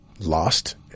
lost